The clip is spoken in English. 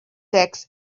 text